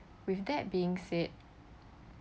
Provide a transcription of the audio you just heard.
with that being said